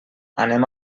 anem